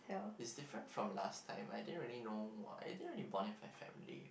it's different from last time I didn't really know I didn't really bond with my family